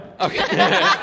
Okay